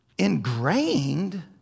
ingrained